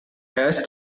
has